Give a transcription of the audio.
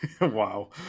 Wow